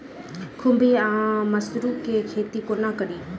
खुम्भी वा मसरू केँ खेती कोना कड़ी?